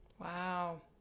Wow